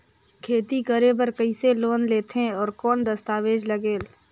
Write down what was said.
खेती करे बर कइसे लोन लेथे और कौन दस्तावेज लगेल?